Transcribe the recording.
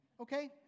okay